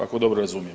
Ako dobro razumijem.